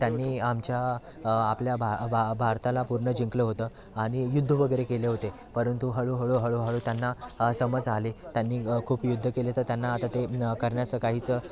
त्यांनी आमच्या आपल्या भा भा भारताला पूर्ण जिंकलं होतं आणि युद्ध वगैरे केले होते परंतु हळूहळू हळूहळू त्यांना समज आली त्यांनी खूप युद्ध केले तर त्यांना आता ते करण्याचं काहीच